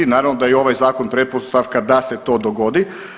Naravno da i ovaj zakon pretpostavka da se to dogodi.